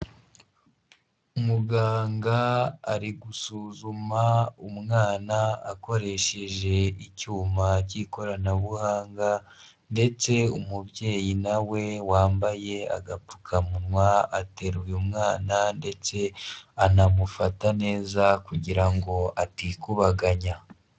Muganga ari gusuzuma umwana akoresheje icyuma cy'ikoranabuhanga ndetse umubyeyi na we wambaye agapfukamunwa, ateruye umwana ndetse anamufata neza kugira ngo atikubaganya.